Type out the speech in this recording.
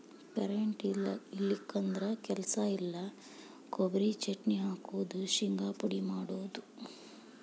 current ಇಲ್ಲಿಕಂದ್ರ ಕೆಲಸ ಇಲ್ಲಾ, ಕೊಬರಿ ಚಟ್ನಿ ಹಾಕುದು, ಶಿಂಗಾ ಪುಡಿ ಮಾಡುದು